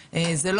אלי,